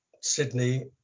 Sydney